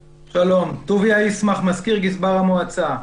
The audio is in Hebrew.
שלום, אני טוביה ישמח, מזכיר גזבר המועצה.